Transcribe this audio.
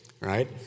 right